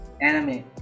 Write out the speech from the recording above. anime